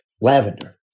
lavender